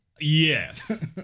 Yes